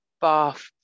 bath